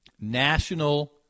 National